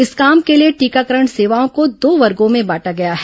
इस काम के लिए टीकाकरण सेवाओं को दो वर्गो में बांटा गया है